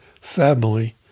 family